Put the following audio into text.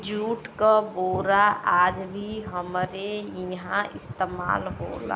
jute क बोरा आज भी हमरे इहां इस्तेमाल होला